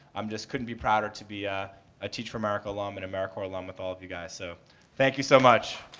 um just couldn't be prouder to be a ah teach for america alum and americorps alum with all of you guys. so thank you, so much.